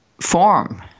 form